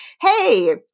hey